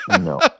No